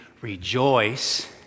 Rejoice